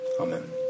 Amen